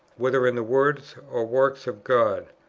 whether in the words or works of god.